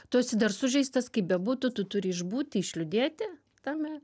tu esi dar sužeistas kaip bebūtų tu turi išbūt išliūdėti tame